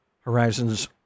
Horizons